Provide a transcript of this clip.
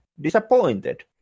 disappointed